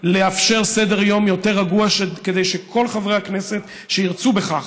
לאפשר סדר-יום יותר רגוע כדי שכל חברי הכנסת שירצו בכך